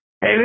Hey